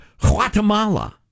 Guatemala